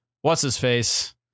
What's-his-face